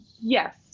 Yes